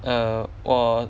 err 我